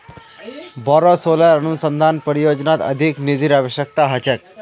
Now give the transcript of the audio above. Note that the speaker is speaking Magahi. बोरो सोलर अनुसंधान परियोजनात अधिक निधिर अवश्यकता ह छेक